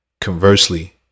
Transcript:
Conversely